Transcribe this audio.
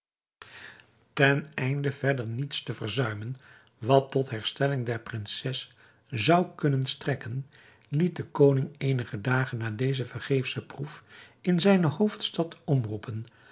ten einde verder niets te verzuimen wat tot herstelling der prinses zou kunnen strekken liet de koning eenige dagen na deze vergeefsche proef in zijne hoofdstad omroepen